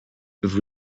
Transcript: vous